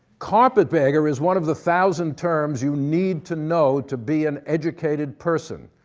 carpetbagger is one of the thousand terms you need to know to be an educated person,